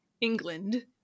England